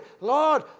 Lord